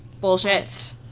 Bullshit